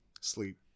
sleep